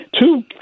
two